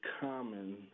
common